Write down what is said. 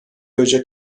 ocak